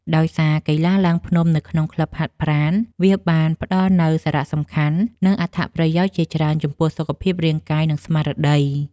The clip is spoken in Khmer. ដោយសារកីឡាឡើងភ្នំនៅក្នុងក្លឹបហាត់ប្រាណ វាបានផ្ដល់នូវសារៈសំខាន់ និងអត្ថប្រយោជន៍ជាច្រើនចំពោះសុខភាពរាងកាយ និងស្មារតី។